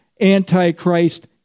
Antichrist